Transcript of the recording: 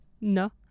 no